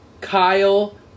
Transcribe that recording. Kyle